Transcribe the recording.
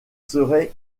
seraient